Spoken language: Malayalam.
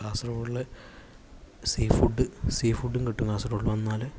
കാസർഗൊഡില് സീ ഫുഡ് സീ ഫുഡും കിട്ടും കാസർഗൊഡില് വന്നാല്